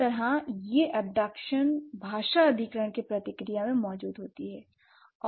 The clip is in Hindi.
इस तरह यह एबडक्शन भाषा अधिग्रहण के प्रतिक्रिया में मौजूद होती है